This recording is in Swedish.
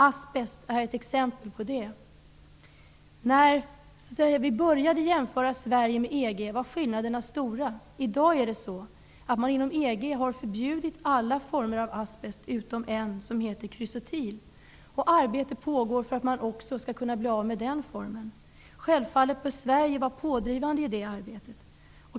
Asbest är ett exempel på det. När vi började jämföra Sverige med EG var skillnaderna stora. I dag har man inom EG förbjudit alla former av asbest utom en, som heter krysotil. Arbete pågår för att man också skall kunna bli av med den formen av asbest. Självfallet bör Sverige vara pådrivande i det arbetet.